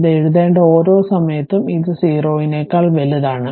ഇത് എഴുതേണ്ട ഓരോ സമയത്തും ഇത് 0 ക്കാൾ വലുതാണ്